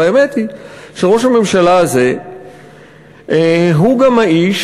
והאמת היא שראש הממשלה הזה הוא גם האיש